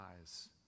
eyes